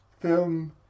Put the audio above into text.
film